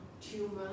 tumor